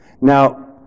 Now